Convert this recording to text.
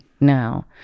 now